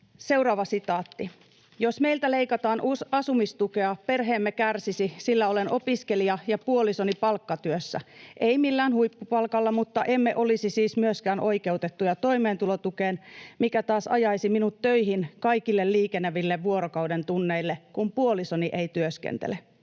tapaturmasta.” ”Jos meiltä leikataan asumistukea, perheemme kärsisi, sillä olen opiskelija ja puolisoni palkkatyössä, ei millään huippupalkalla, mutta emme olisi siis myöskään oikeutettuja toimeentulotukeen, mikä taas ajaisi minut töihin kaikille liikeneville vuorokauden tunneille, kun puolisoni ei työskentele.